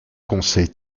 conseil